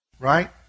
Right